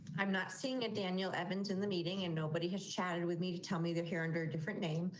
i'm not seeing a daniel evans in the meeting and nobody has chatted with me to tell me the hair under a different name.